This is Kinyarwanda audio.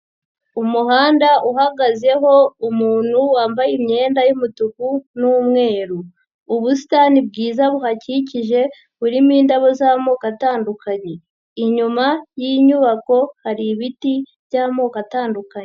Umuhanda uhagazeho umuntu wambaye imyenda y'umutuku n'umweru. Ubusitani bwiza buhakikije, burimo indabo z'amoko atandukanye. Inyuma y'inyubako hari ibiti by'amoko atandukanye.